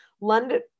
London